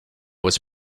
was